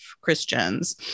Christians